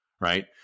Right